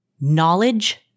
knowledge